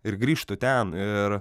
ir grįžtu ten ir